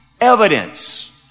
evidence